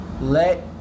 Let